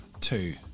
Two